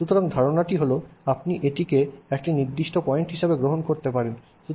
সুতরাং ধারণাটি হল আপনি এটিকে একটি নির্দিষ্ট পয়েন্ট হিসাবে গ্রহণ করতে পারেন